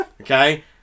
Okay